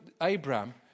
Abraham